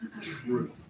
true